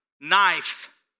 knife